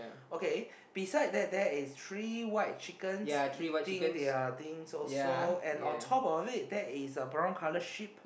okay beside that there is three white chickens eating their things also and on top of it there is a brown colour sheep